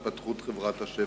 את התפתחות חברת השפע.